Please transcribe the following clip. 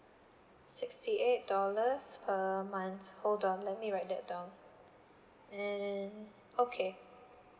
sixty eight dollars per month hold on let me write that down and okay